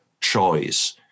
choice